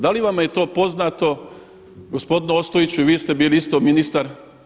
Da li vam je to poznato gospodine Ostojiću i vi ste bili isto ministar?